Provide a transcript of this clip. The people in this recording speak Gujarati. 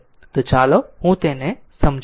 તો ચાલો હું તેને સમજાવું